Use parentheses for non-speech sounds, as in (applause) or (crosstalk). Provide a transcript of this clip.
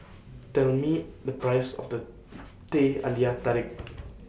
(noise) Tell Me The Price of The Teh Halia Tarik